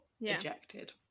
ejected